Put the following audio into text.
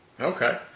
Okay